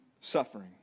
suffering